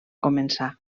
començar